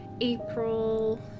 April